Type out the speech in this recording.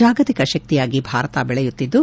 ಜಾಗತಿಕ ಶಕ್ತಿಯಾಗಿ ಭಾರತ ಬೆಳೆಯುತ್ತಿದ್ದು